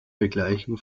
begleichen